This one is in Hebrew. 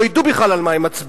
לא ידעו בכלל על מה הם מצביעים.